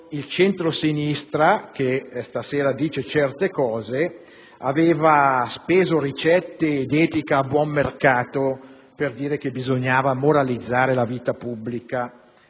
il centrosinistra, che stasera fa certe affermazioni, aveva speso ricette ed etica a buon mercato per dire che bisognava moralizzare la vita pubblica